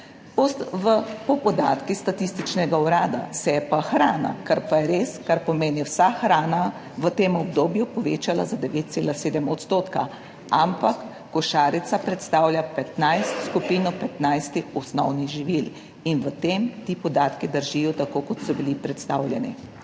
Po podatkih Statističnega urada se je pa hrana, kar pa je res, kar pomeni vsa hrana, v tem obdobju povečala za 9,7 %. Ampak košarica predstavlja skupino 15 osnovnih živil in v tem ti podatki držijo, tako kot so bili predstavljeni.